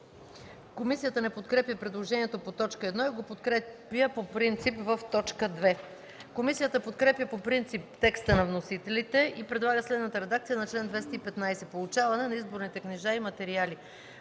Комисията не подкрепя предложението по т. 1 и го подкрепя по принцип по т. 2. Комисията подкрепя по принцип текста на вносителите и предлага следната редакция на чл. 215: „Получаване на изборните книжа и материали